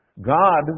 God